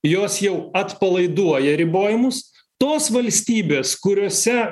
jos jau atpalaiduoja ribojimus tos valstybės kuriose